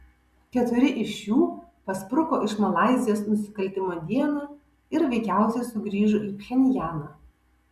keturi iš jų paspruko iš malaizijos nusikaltimo dieną ir veikiausiai sugrįžo į pchenjaną